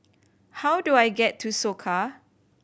how do I get to Soka